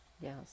yes